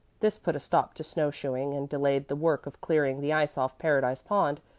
this put a stop to snow-shoeing and delayed the work of clearing the ice off paradise pond,